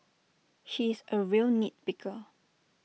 he is A real nit picker